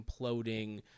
imploding